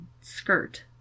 skirt